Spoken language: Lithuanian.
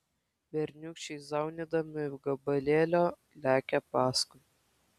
berniūkščiai zaunydami gabalėlio lekia paskui